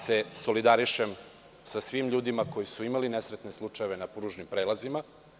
Solidarišem se sa svim ljudima koji su imali nesretne slučajeve na pružnim prelazima.